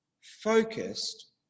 focused